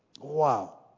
Wow